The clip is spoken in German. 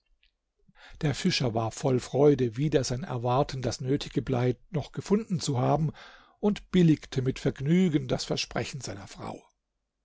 der fischer war voll freude wider sein erwarten das nötige blei noch gefunden zu haben und billigte mit vergnügen das versprechen seiner frau